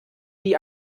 die